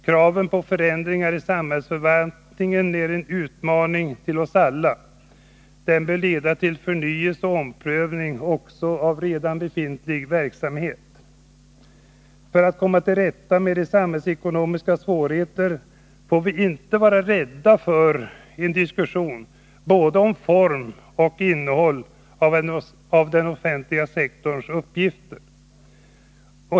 Kraven på förändringar i samhällsförvaltningen är en utmaning till oss alla. Den bör leda till förnyelse och omprövning också av redan befintlig verksamhet. För att komma till rätta med de samhällsekonomiska svårigheterna får vi inte vara rädda för en diskussion om både form och innehåll i fråga om den offentliga sektorns uppgifter.